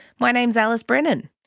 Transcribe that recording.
my name is alice brennan.